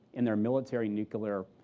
in their military, nuclear,